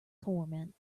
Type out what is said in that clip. torment